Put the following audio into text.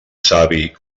savi